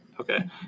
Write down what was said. Okay